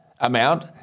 amount